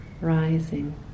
rising